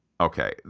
Okay